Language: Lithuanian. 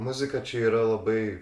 muzika čia yra labai